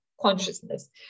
consciousness